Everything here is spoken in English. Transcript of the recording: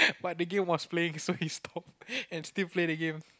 but the game was playing so he stopped and still play the game